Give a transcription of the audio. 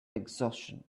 exhaustion